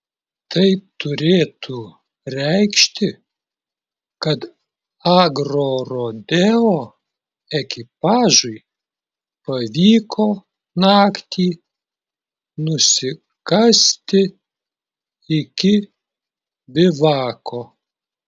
tai turėtų reikšti kad agrorodeo ekipažui pavyko naktį nusikasti iki bivako